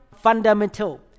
fundamental